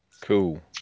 Cool